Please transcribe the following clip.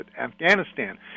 Afghanistan